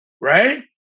right